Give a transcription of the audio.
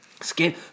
Skin